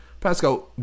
Pascal